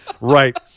Right